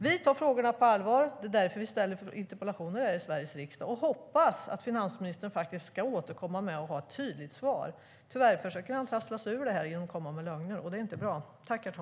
Vi tar frågorna på allvar. Det är därför vi ställer interpellationer här i Sveriges riksdag och hoppas att finansministern ska återkomma med ett tydligt svar. Tyvärr försöker han trassla sig ur det hela genom att komma med lögner. Det är inte bra.